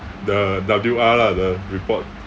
the W_R lah the report